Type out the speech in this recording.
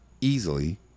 Easily